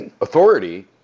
authority